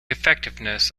effectiveness